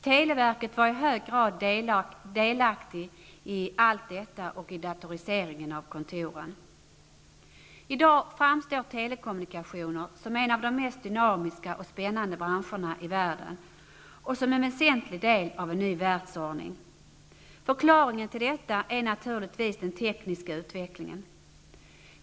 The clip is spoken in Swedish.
Televerket var i hög grad delaktigt i allt detta och i datoriseringen av kontoren. I dag framstår telekommunikationer som en av de mest dynamiska och spännande branscherna i världen och som en väsentlig del av en ny världsordning. Förklaringen till detta är naturligtvis den tekniska utvecklingen.